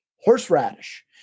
horseradish